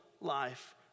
life